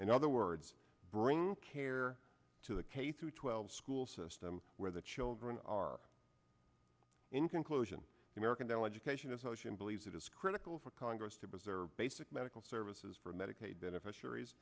in other words bringing care to the k through twelve school system where the children are in conclusion american down legislation is ocean believes it is critical for congress to preserve basic medical services for medicaid beneficiaries